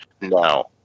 No